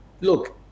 look